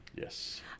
Yes